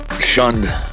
shunned